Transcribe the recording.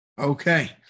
okay